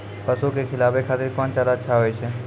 पसु के खिलाबै खातिर कोन चारा अच्छा होय छै?